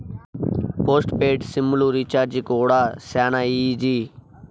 post paid sim లు recharge కూడా శానా ఈజీ